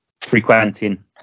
frequenting